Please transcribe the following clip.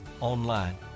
online